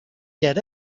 get